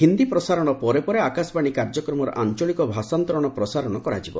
ହିନ୍ଦୀ ପ୍ରସାରଣ ପରେ ପରେ ଆକାଶବାଣୀ କାର୍ଯ୍ୟକ୍ରମର ଆଞ୍ଚଳିକ ଭାଷାନ୍ତରଣର ପ୍ରସାରଣ କରିବ